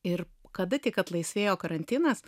ir kada tik laisvėjo karantinas